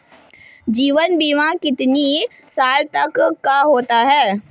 जीवन बीमा कितने साल तक का होता है?